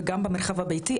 וגם במרחב הביתי.